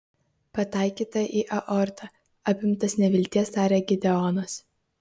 pataikyta į aortą apimtas nevilties tarė gideonas